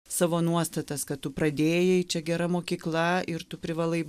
savo nuostatas kad tu pradėjai čia gera mokykla ir tu privalai